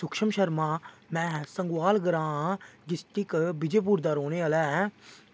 सुख्शम शर्मा मैं संगोआल ग्रांऽ डिस्टिक विजयपुर दा रौह्ने आह्ला ऐं